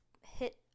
hit